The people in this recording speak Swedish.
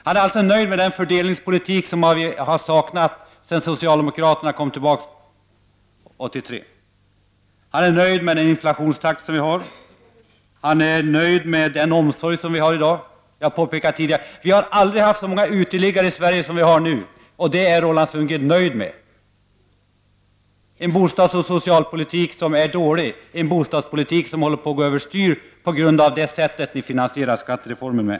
Han är alltså nöjd med den fördelningspolitik som har saknats sedan socialdemokraterna kom tillbaka 1983. Han är nöjd med den inflationstakt som finns. Han är nöjd med den omsorg som finns i dag. Jag har tidigare sagt att vi har aldrig haft så många uteliggare i Sverige som vi har nu. Och det är Roland Sundgren nöjd med! Vi har en bostadsoch socialpolitik som håller på att gå över styr på grund av det sätt som ni finansierar skattereformen med.